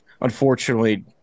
unfortunately